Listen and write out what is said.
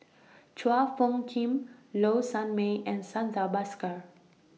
Chua Phung Kim Low Sanmay and Santha Bhaskar